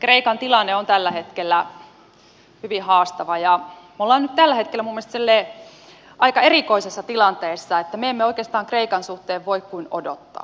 kreikan tilanne on tällä hetkellä hyvin haastava ja me olemme tällä hetkellä minun mielestäni silleen aika erikoisessa tilanteessa että me emme oikeastaan kreikan suhteen voi kuin odottaa